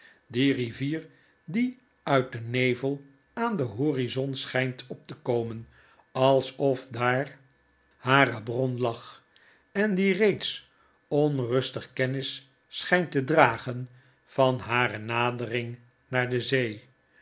die rivier die uit den nevel aan den horizon schjjnt op te komen alsof daar hare bron lag en die reeds onrustig kennis schflnt te dragen van hare nadering naar de zee